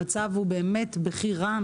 המצב הוא באמת בכי רע.